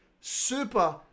super